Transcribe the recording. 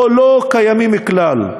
או לא קיימים כלל.